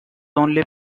only